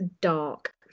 dark